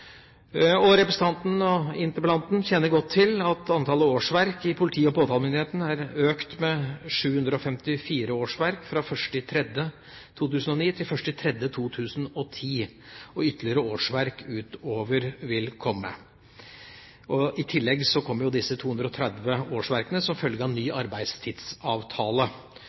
interpellanten, kjenner godt til at antall årsverk i politi- og påtalemyndighet har økt med 754 årsverk fra 1. mars 2009 til 1. mars 2010 – og ytterligere årsverk vil komme. I tillegg kommer disse 230 årsverkene som følge av ny arbeidstidsavtale.